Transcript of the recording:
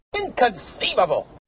Inconceivable